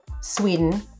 Sweden